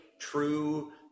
true